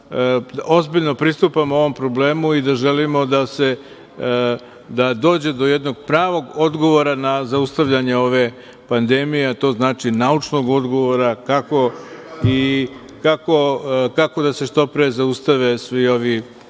ozbiljno pristupamo ovom problemu i da želimo da dođe do jednog pravog odgovora na zaustavljanje ove pandemije, a to znači naučnog odgovora kako da se što pre zaustave svi ovi problemi